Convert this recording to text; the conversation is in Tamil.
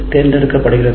தேர்ந்தெடுக்கப்படுகிறது